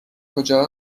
کجا